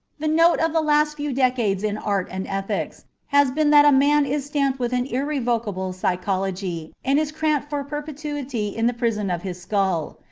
the note of the last few decades in art and ethics has been that a man is stamped with an irrevocable psychology and is cramped for perpetuity in the prison of his skull.